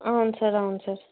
అవున్ సార్ అవున్ సార్